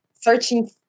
searching